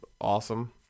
awesome